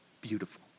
beautiful